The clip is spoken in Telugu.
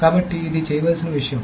కాబట్టి ఇది చేయవలసిన విషయం